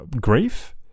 grief